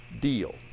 deal